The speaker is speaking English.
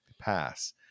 pass